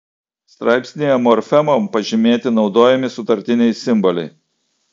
straipsnyje morfemom pažymėti naudojami sutartiniai simboliai